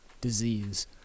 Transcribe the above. disease